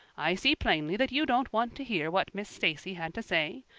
i see plainly that you don't want to hear what miss stacy had to say.